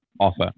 offer